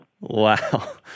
Wow